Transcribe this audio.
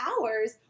hours